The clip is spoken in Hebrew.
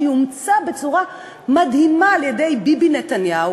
שאומצה בצורה מדהימה על-ידי ביבי נתניהו,